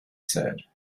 said